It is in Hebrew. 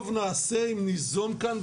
טוב נעשה שם ניזום כאן,